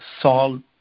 solve